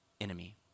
enemy